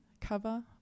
Cover